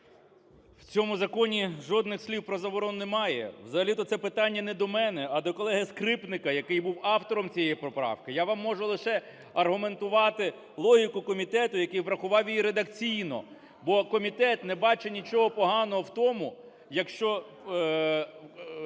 В цьому законі жодних слів про заборону немає. Взагалі-то це питання не до мене, а до колеги Скрипника, який був автором цієї поправки. Я вам можу лише аргументувати логіку комітету, який врахував її редакційно, бо комітет не бачить нічого поганого в тому, якщо…